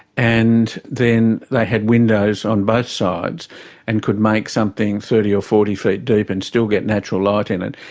and then they had windows on both sides and could make something thirty or forty feet deep and still get natural light in it.